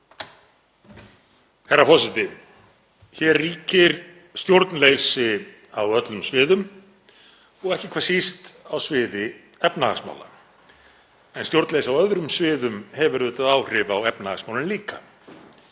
Herra forseti. Hér ríkir stjórnleysi á öllum sviðum og ekki hvað síst á sviði efnahagsmála en stjórnleysi á öðrum sviðum hefur auðvitað áhrif á efnahagsmálin líka.